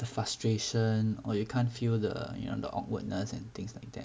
the frustration or you can't feel the you know the awkwardness and things like that